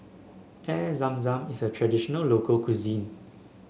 Air Zam Zam is a traditional local cuisine